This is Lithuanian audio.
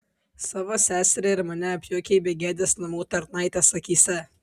savo seserį ir mane apjuokei begėdės namų tarnaitės akyse